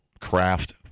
craft